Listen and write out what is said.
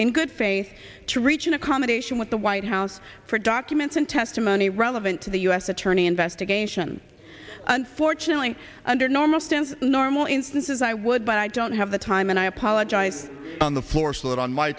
in good faith to reach an accommodation with the white house for documents and testimony relevant to the u s attorney investigation unfortunately under normal since normal instances i would but i don't have the time and i apologize on the floor slow down my